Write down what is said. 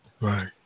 Right